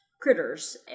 critters